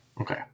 Okay